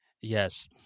Yes